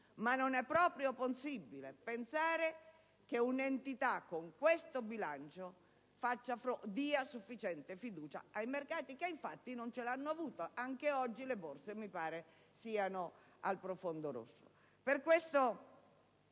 o non è proprio possibile pensare che un'entità con questo bilancio dia sufficiente fiducia ai mercati, che infatti non ce l'hanno avuta (anche oggi le borse mi pare siano al profondo rosso).